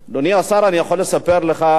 אדוני השר, אני יכול לספר לך,